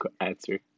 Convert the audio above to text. answer